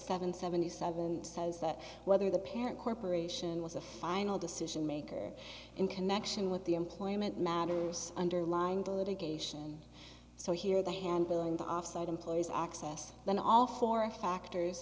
seven seventy seven says that whether the parent corporation was a final decision maker in connection with the employment matters underlying the litigation so here the handling the off site employees access than all four of factors